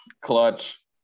clutch